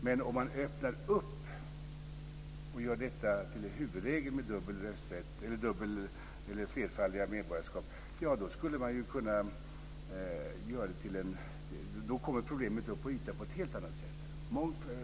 Men om man gör dubbla eller flerfaldiga medborgarskap till huvudregel då skulle problemet komma upp till ytan på ett helt annat sätt.